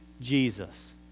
Jesus